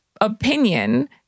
opinion